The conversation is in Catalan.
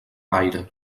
gaire